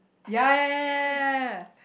ya ya ya ya ya